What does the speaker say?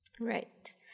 Right